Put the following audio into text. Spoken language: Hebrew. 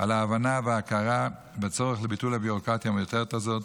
על ההבנה וההכרה בצורך בביטול הביורוקרטיה המיותרת הזאת,